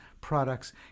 products